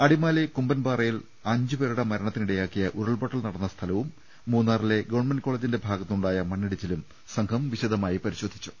അടിമാലി കുമ്പൻ പാറയിൽ അഞ്ച് പേരുടെ മരണത്തിനിടയാക്കിയ ഉരുൾപൊട്ടൽ നടന്ന സ്ഥലവും മൂന്നാറിലെ ഗവൺമെന്റ് കോളജിന്റെ ഭാഗത്തുണ്ടായ മണ്ണിടിച്ചിലും സംഘം വിശദമായി പരിശോധിച്ചു